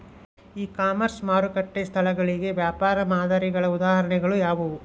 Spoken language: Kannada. ಇ ಕಾಮರ್ಸ್ ಮಾರುಕಟ್ಟೆ ಸ್ಥಳಗಳಿಗೆ ವ್ಯಾಪಾರ ಮಾದರಿಗಳ ಉದಾಹರಣೆಗಳು ಯಾವುವು?